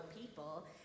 people